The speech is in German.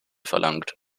verlangt